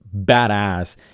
badass